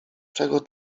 czego